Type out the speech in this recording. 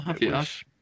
yes